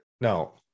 no